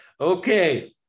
Okay